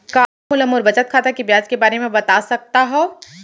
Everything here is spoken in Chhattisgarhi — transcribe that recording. का आप मोला मोर बचत खाता के ब्याज के बारे म बता सकता हव?